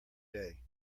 day